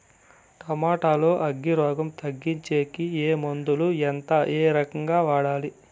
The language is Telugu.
టమోటా లో అగ్గి రోగం తగ్గించేకి ఏ మందులు? ఎంత? ఏ రకంగా వాడాలి?